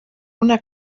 una